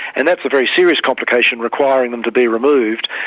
and that's a very serious complication requiring them to be removed.